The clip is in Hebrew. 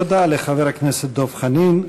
תודה לחבר הכנסת דב חנין.